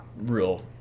real